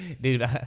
Dude